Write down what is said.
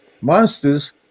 monsters